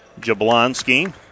Jablonski